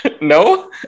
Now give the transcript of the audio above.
No